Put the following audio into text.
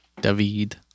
David